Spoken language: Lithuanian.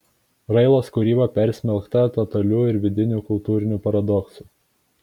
railos kūryba persmelkta totalių ir vidinių kultūrinių paradoksų